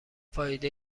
فایده